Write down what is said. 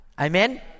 Amen